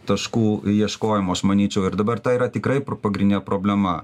taškų ieškojimu manyčiau ir dabar tai yra tikrai pagrindinė problema